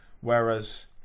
Whereas